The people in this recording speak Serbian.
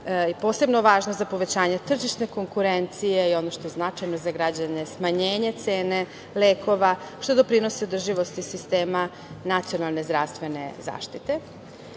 posebno važna za povećanje tržišne konkurencije i ono što je značajno za građane, smanjenje cene lekova, što doprinosi održivosti sistema nacionalne zdravstvene zaštite. Pošto